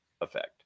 effect